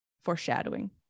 Foreshadowing